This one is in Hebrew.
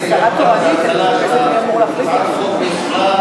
גם לאנשים נורמליים שהם לא ניצולי שואה מגיע שלא ינתקו להם את המים.